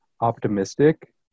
optimistic